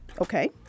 Okay